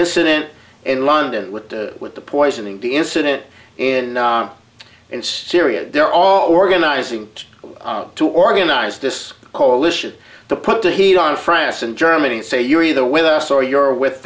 incident in london with the with the poisoning the incident in and syria they're all organizing to organize this coalition to put the heat on france and germany and say you're either with us or you're with